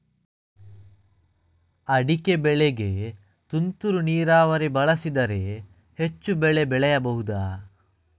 ಅಡಿಕೆ ಬೆಳೆಗೆ ತುಂತುರು ನೀರಾವರಿ ಬಳಸಿದರೆ ಹೆಚ್ಚು ಬೆಳೆ ಬೆಳೆಯಬಹುದಾ?